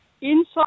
inside